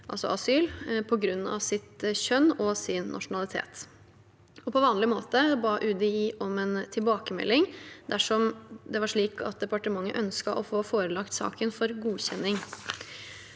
på grunn av sitt kjønn og sin nasjonalitet. På vanlig måte ba UDI om en tilbakemelding dersom det var slik at departementet ønsket å få forelagt saken for godkjenning.